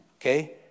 okay